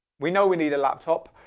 we know we need a laptop,